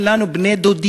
אין לנו בני-דודים.